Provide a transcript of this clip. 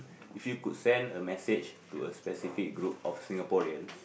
if you could send a message to a specific group of Singaporeans